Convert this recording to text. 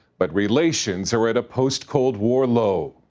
but relations are at a post-cold war low.